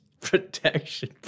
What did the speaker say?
protection